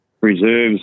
Reserves